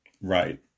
right